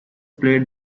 played